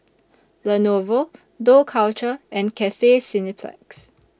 Lenovo Dough Culture and Cathay Cineplex